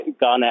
Ghana